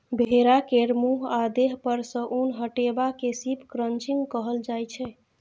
भेड़ा केर मुँह आ देह पर सँ उन हटेबा केँ शिप क्रंचिंग कहल जाइ छै